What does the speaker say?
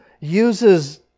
uses